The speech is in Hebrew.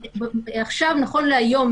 נכון להיום,